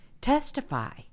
testify